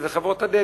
וזה חברות הדלק,